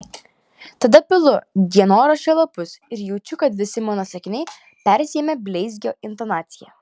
tada pilu dienoraščio lapus ir jaučiu kad visi mano sakiniai persiėmę bleizgio intonacija